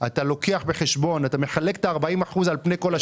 אתה מחלק את ה-40% על פני כל השנה?